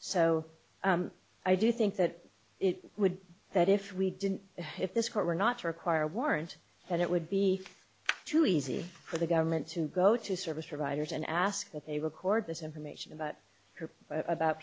so i do think that it would that if we didn't if this court were not to require a warrant and it would be too easy for the government to go to service providers and ask for a record this information about her about